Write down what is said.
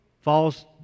falls